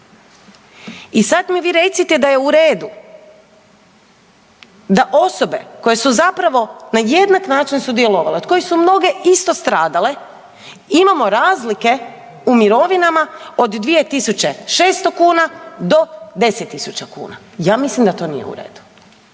I sad mi vi recite da je u redu, da osobe koje su zapravo na jednak način sudjelovale od kojih su mnoge isto stradale imamo razlike u mirovinama od 2.600 do 10.000 kuna. Ja mislim da to nije u redu.